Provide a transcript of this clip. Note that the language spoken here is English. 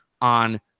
on